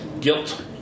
Guilt